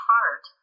Heart